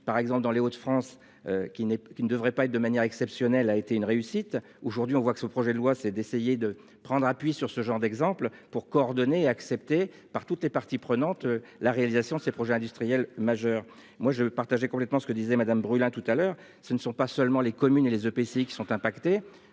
par exemple dans les Hauts-de-France. Qui n'est, qui ne devrait pas être de manière exceptionnelle a été une réussite. Aujourd'hui on voit que ce projet de loi, c'est d'essayer de prendre appui sur ce genre d'exemple pour coordonner accepté par toutes les parties prenantes. La réalisation de ces projets industriels majeurs. Moi je partageais complètement ce que disait madame brûle hein tout à l'heure, ce ne sont pas seulement les communes et les EPCI qui sont impactées